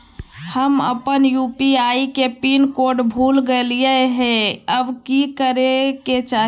हम अपन यू.पी.आई के पिन कोड भूल गेलिये हई, अब की करे के चाही?